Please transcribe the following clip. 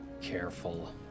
careful